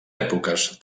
èpoques